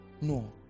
No